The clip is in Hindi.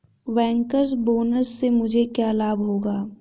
बैंकर्स बोनस से मुझे क्या लाभ होगा?